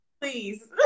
Please